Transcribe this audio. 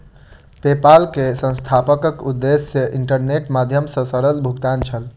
PayPal के संस्थापकक उद्देश्य इंटरनेटक माध्यम सॅ सरल भुगतान छल